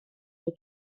neu